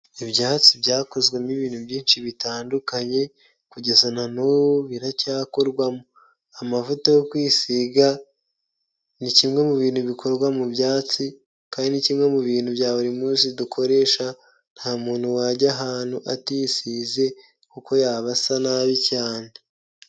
Ibyatsi byakozwemo ibintu byinshi bitandukanye kugeza na n'ubu biracyakorwamo, amavuta yo kwisiga ni kimwe mu bintu bikorwa mu byatsi kandi ni kimwe mu bintu bya buri munsi dukoresha nta muntu wajya ahantu atisize kuko yaba asa nabi cyane.